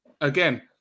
again